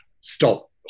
stop